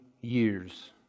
years